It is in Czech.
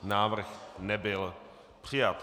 Návrh nebyl přijat.